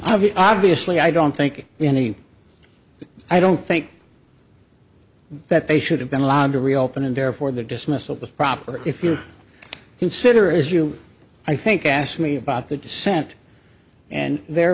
i mean obviously i don't think any i don't think that they should have been allowed to reopen and therefore the dismissal of proper if you consider as you i think asked me about the dissent and their